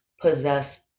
possess